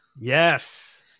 Yes